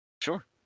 Sure